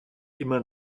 immer